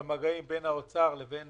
במגעים בין משרד האוצר לבין